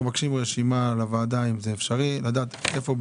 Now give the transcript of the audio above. אנחנו מבקשים לקבל לוועדה רשימה כדי לדעת איפה,